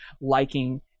liking